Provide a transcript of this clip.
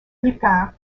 lupin